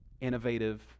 innovative